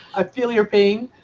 i feel your pain.